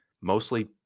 mostly